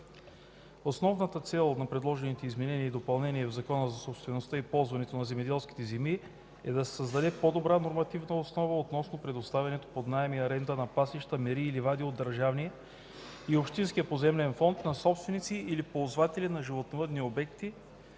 Основната цел на предложените изменения и допълнения в Закона за собствеността и ползването на земеделските земи е да се създаде по-добра нормативна основа относно предоставянето под наем и аренда на пасища, мери и ливади от държавния и общинския поземлен фонд на собственици или ползватели на животновъдни обекти